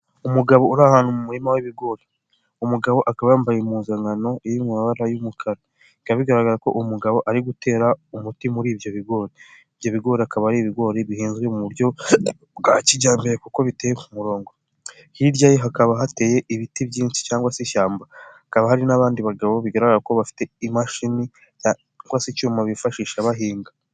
Umugabo uri ahantu mu murima w'ibigori, umugabo akaba yambaye impuzankano iyo'amabara y'umukara, bikaba bigaragara ko umugabo ari gutera umuti mu bigori ibyo, bigori akaba ari ibigori bihinzwe mu buryo bwa kijyambere kuko biteye ku murongo. Hirya ye hakaba hateye ibiti byinshi cyangwa se ishyamba. Hakaba hari n'abandi bagabo bigaragara ko bafite imashini cyangwa se icyuma bifashisha bahinga.